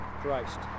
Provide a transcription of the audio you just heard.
Christ